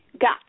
got